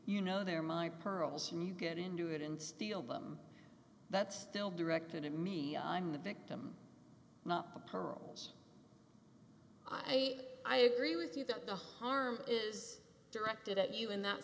you know they're my pearls and you get into it and steal them that's still directed at me in the victim not the pearls i i agree with you that the harm is directed at you in that